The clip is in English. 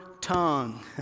tongue